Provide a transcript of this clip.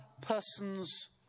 person's